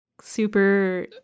super